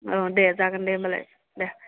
औ दे जागोन दे होनबालाय देह